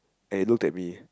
and it looked at me